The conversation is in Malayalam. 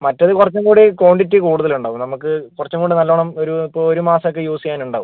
മറ്റത് കുറച്ചും കൂടി ക്വാണ്ടിറ്റി കൂടുതലുണ്ടാവും നമുക്ക് കുറച്ചുകൂടെ നല്ലോണം ഒരു ഇപ്പോൾ ഒരു മാസമൊക്കെ യൂസ് ചെയ്യാൻ ഉണ്ടാവും